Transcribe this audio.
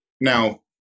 Now